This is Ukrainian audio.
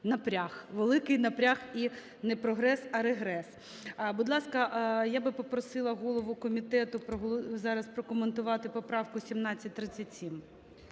великий напряг і не прогрес, а регрес. Будь ласка, я би попросила голову комітету зараз прокоментувати поправку 1737.